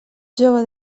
jove